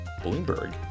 Bloomberg